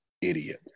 idiot